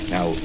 Now